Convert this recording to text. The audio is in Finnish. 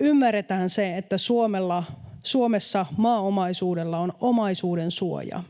ymmärretään se, että Suomessa maaomaisuudella on omaisuudensuoja.